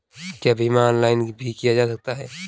क्या बीमा ऑनलाइन भी किया जा सकता है?